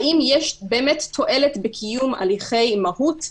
האם יש באמת תועלת בקיום הליכי מהות,